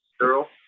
Girl